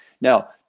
Now